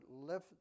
lift